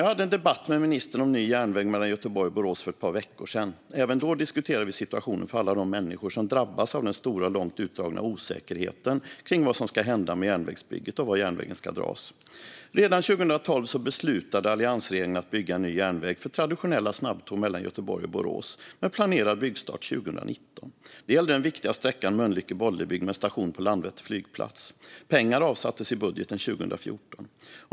Jag hade en debatt med ministern om ny järnväg mellan Göteborg och Borås för ett par veckor sedan. Även då diskuterade vi situationen för alla de människor som drabbas av den stora och långt utdragna osäkerheten kring vad som ska hända med järnvägsbygget och var järnvägen ska dras. Redan 2012 beslutade alliansregeringen att bygga en ny järnväg för traditionella snabbtåg mellan Göteborg och Borås, med planerad byggstart 2019. Det gällde den viktiga sträckan Mölnlycke-Bollebygd med station på Landvetter flygplats. Pengar avsattes i budgeten 2014.